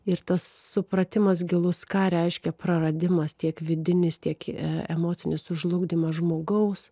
ir tas supratimas gilus ką reiškia praradimas tiek vidinis tiek emocinis sužlugdymas žmogaus